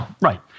Right